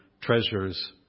treasures